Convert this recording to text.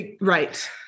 Right